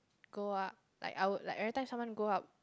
go up like I would like every time someone go up